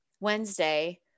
Wednesday